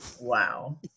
Wow